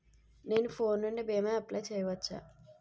నేను ఫోన్ నుండి భీమా అప్లయ్ చేయవచ్చా?